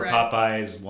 Popeyes